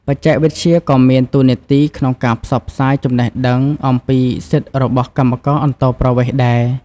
បច្ចេកវិទ្យាក៏មានតួនាទីក្នុងការផ្សព្វផ្សាយចំណេះដឹងអំពីសិទ្ធិរបស់កម្មករអន្តោប្រវេសន៍ដែរ។